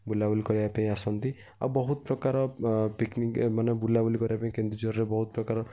ବୁଲାବୁଲି କରିବା ପାଇଁ ଆସନ୍ତି ଆଉ ବହୁତ ପ୍ରକାର ପିକ୍ନିକ୍ ଏମାନେ ବୁଲାବୁଲି କରିବା ପାଇଁ କେନ୍ଦୁଝରରେ ବହୁତ ପ୍ରକାର